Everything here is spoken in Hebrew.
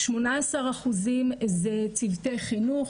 18% זה צוותי חינוך,